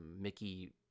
Mickey